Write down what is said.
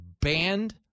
banned